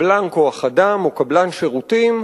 קבלן כוח-אדם או קבלן שירותים,